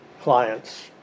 client's